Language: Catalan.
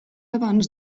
abans